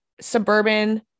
suburban